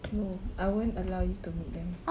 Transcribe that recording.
no I won't allow you to mate them